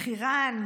חירן,